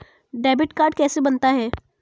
Debit card कैसे बनता है?